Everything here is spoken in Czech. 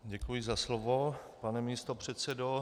Děkuji za slovo, pane místopředsedo.